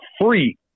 free